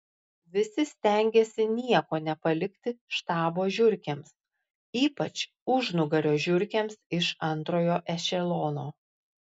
visi stengėsi nieko nepalikti štabo žiurkėms ypač užnugario žiurkėms iš antrojo ešelono